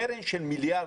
קרן של מיליארד